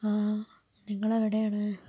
ആ നിങ്ങളെവിടെയാണ്